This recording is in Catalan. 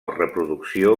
reproducció